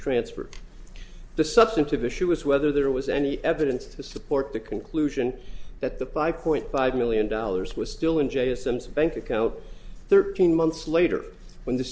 transferred the substantive issue was whether there was any evidence to support the conclusion that the pi point five million dollars was still in jail sums bank account thirteen months later when the